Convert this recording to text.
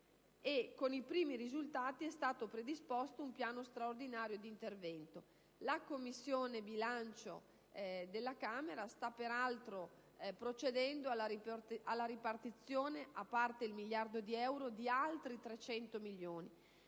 Con i primi risultati è stato predisposto un piano straordinario d'intervento. La Commissione bilancio della Camera sta peraltro procedendo alla ripartizione, a parte il miliardo di euro, di altri 300 milioni.